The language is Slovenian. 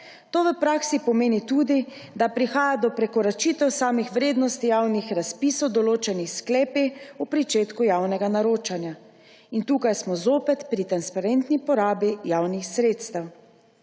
To v praksi pomeni tudi, da prihaja do prekoračitev samih vrednosti javnih razpisov, določenih s sklepi ob začetku javnega naročanja. In tukaj smo zopet pri transparentni porabi javnih sredstev.